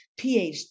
PhD